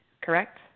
correct